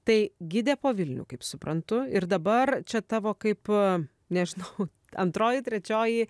tai gidė po vilnių kaip suprantu ir dabar čia tavo kaip nežinau antroji trečioji